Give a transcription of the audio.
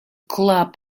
club